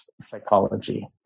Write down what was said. psychology